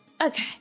Okay